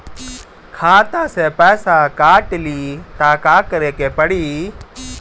खाता से पैसा काट ली त का करे के पड़ी?